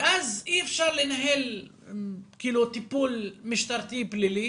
ואז אי אפשר לנהל טיפול משטרתי פלילי